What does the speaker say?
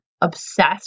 obsessed